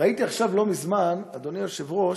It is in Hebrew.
ראיתי עכשיו לא מזמן, אדוני היושב-ראש,